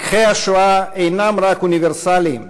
לקחי השואה אינם רק אוניברסליים,